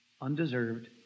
Undeserved